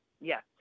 Yes